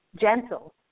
gentle